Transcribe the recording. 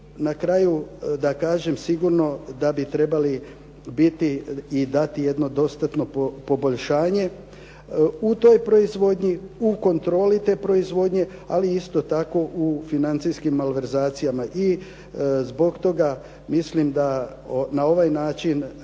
na kraju da kažem, sigurno da bi trebali biti i dati jedno dostatno poboljšanje u toj proizvodnji, u kontroli te proizvodnje, ali isto tako u financijskim malverzacijama. I zbog toga mislim da na ovaj način